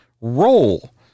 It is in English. roll